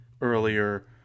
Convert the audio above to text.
earlier